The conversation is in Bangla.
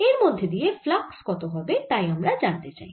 এর মধ্যে দিয়ে ফ্লাক্স কত হবে তাই আমরা জানতে চাই